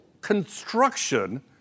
construction